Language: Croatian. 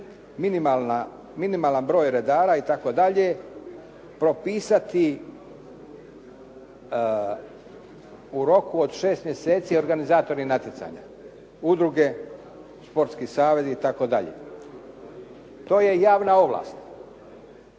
minimalan broj redara itd. propisati u roku od 6 mjeseci organizatori natjecanja, udruge, sportski savezi itd. To je javna ovlast.